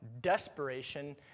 desperation